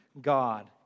God